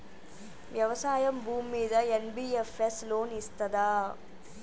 వ్యవసాయం భూమ్మీద NBFS loan ఇస్తదా?